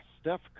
steph